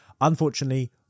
Unfortunately